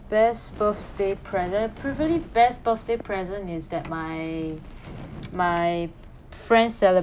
best birthday present probably best birthday present is that my my friends cele~